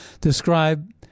describe